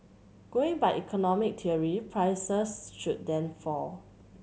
going by economic theory prices should then fall